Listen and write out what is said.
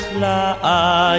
la